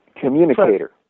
communicator